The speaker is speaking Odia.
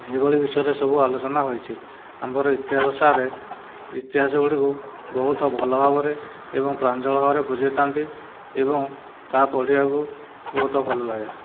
ଏହିଭଳି ବିଷୟରେ ସବୁ ଆଲୋଚନା ହୋଇଛି ଆମ୍ଭର ଇତିହାସ ସାର୍ ଇତିହାସ ଗୁଡ଼ିକୁ ବହୁତ ଭଲ ଭାବରେ ଏବଂ ପ୍ରାଞ୍ଜଳ ଭାବରେ ବୁଝେଇଥାନ୍ତି ଏବଂ ତାହା ପଢ଼ିବାକୁ ବହୁତ ଭଲ ଲାଗେ